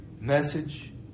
message